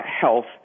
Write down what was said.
health